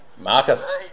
Marcus